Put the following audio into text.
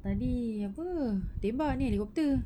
tadi apa hebah ni helicopter